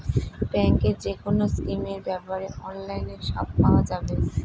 ব্যাঙ্কের যেকোনো স্কিমের ব্যাপারে অনলাইনে সব পাওয়া যাবে